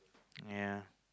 ya